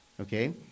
okay